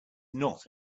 not